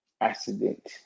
accident